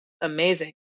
amazing